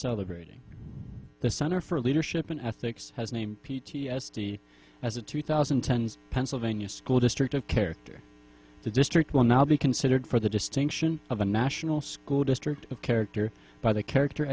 celebrating the center for leadership and ethics has named p t s d as a two thousand and ten pennsylvania school district of character the district will now be considered for the distinction of the national school district of character by the character